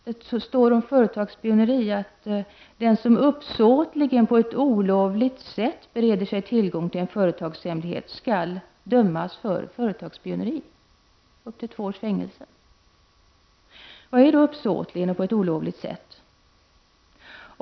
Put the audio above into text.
Det står om företagsspioneri, att den som uppsåtligen på ett olovligt sätt bereder sig tillgång till en företagshemlighet skall dömas för företagsspioneri till högst två års fängelse. Vad betyder då uppsåtligen och på ett olovligt sätt?